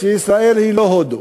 שישראל היא לא הודו,